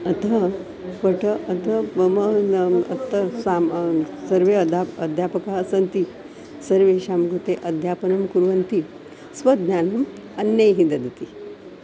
अतः पठ अथवा मम याम् अतः सामा सर्वे अदाप् अध्यापकाः सन्ति सर्वेषां कृते अध्यापनं कुर्वन्ति स्वज्ञानम् अन्यैः ददति